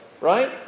right